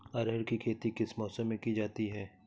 अरहर की खेती किस मौसम में की जाती है?